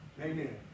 amen